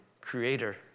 creator